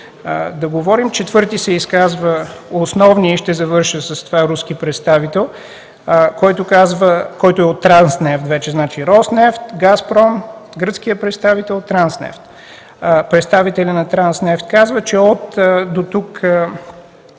да говорим?”. Четвърти се изказва основният – и ще завърша с това, руски представител, който е от „Транснефт”. Значи „Роснефт”, „Газпром”, гръцкият представител, „Транснефт”. Представителят на „Транснефт” казва, че от дотук